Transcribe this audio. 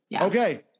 Okay